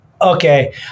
okay